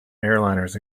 airliners